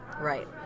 right